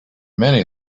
many